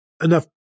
enough